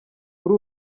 kuri